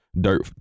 Dirt